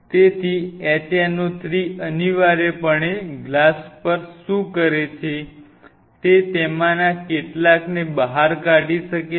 તેથી HNO3 અનિવાર્યપણે glass ઉપર શું કરે છે તે તેમાંના કેટલાકને બહાર કાઢી શકે છે